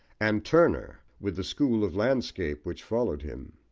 and turner, with the school of landscape which followed him.